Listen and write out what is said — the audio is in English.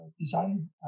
design